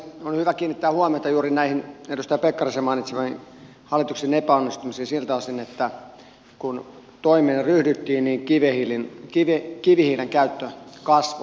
on hyvä kiinnittää huomiota juuri näihin edustaja pekkarisen mainitsemiin hallituksen epäonnistumisiin siltä osin että kun toimeen ryhdyttiin niin kivihiilen käyttö kasvoi